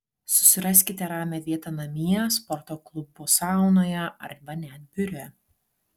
susiraskite ramią vietą namie sporto klubo saunoje arba net biure